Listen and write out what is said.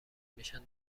میشن